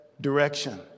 direction